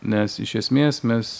nes iš esmės mes